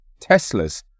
Teslas